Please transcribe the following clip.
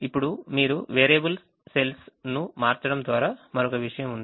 ఇప్పుడు మీరు variable cells ను మార్చడం ద్వారా మరొక విషయం ఉంది